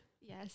Yes